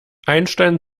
einstein